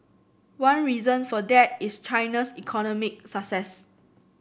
one reason for that is China's economic success